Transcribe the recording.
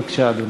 בבקשה, אדוני.